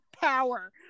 power